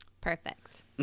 Perfect